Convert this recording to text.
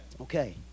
Okay